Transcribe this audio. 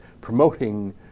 promoting